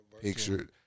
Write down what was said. picture